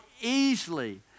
easily